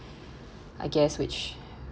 I guess which